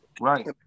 right